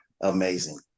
amazing